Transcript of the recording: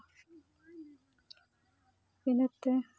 ᱤᱱᱟᱹᱛᱮ